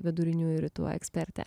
viduriniųjų rytų ekspertė